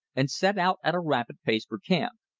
and set out at a rapid pace for camp.